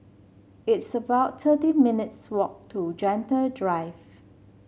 it's about thirteen minutes' walk to Gentle Drive